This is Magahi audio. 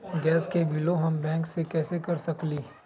गैस के बिलों हम बैंक से कैसे कर सकली?